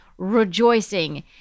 rejoicing